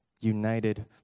united